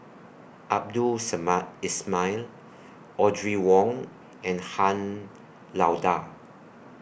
Abdul Samad Ismail Audrey Wong and Han Lao DA